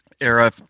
era